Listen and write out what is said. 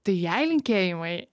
tai jai linkėjimai